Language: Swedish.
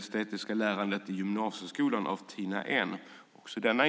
Herr talman!